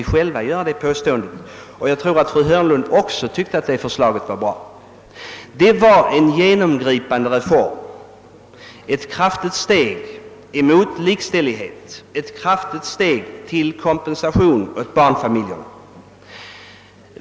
Jag tror att fru Hörnlund också tyckte att förslaget var bra. Det var en genomgripande reform, ett kraftigt steg mot likställighet och mot kompensation för barnfamiljerna.